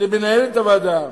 למנהלת הוועדה